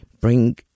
bring